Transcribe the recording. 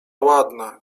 ładna